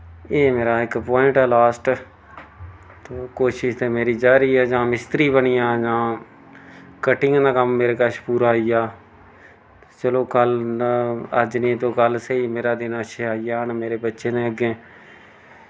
एह् मेरा इक पोआइंट ऐ लास्ट कोशश ते मेरी जारी ऐ जां मिस्त्री बनी जां जां कट्टिंग दा कम्म मेरे कच्छ पूरा आई गेआ चलो कल अज्ज निं तो कल सेही मेरा दिन अच्छे आई जान मेरे बच्चे दे अग्गें